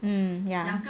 hmm ya